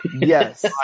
Yes